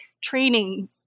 training